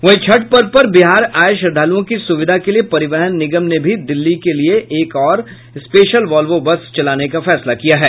वहीं छठ पर्व पर बिहार आये श्रद्धालुओं की सुविधा के लिये परिवहन निगम ने भी दिल्ली के लिये एक और स्पेशल वॉल्वो बस चलाने का फैसला किया है